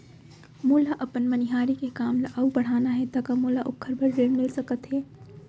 मोला अपन मनिहारी के काम ला अऊ बढ़ाना हे त का मोला ओखर बर ऋण मिलिस सकत हे?